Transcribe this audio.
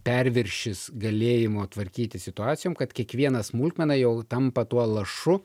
perviršis galėjimo tvarkytis situacijom kad kiekviena smulkmena jau tampa tuo lašu